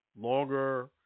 longer